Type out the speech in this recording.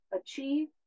achieve